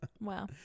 Wow